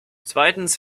zweitens